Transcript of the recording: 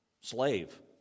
Slave